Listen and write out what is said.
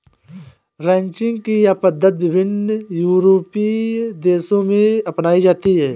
ranching की यह पद्धति विभिन्न यूरोपीय देशों में अपनाई जाती है